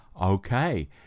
Okay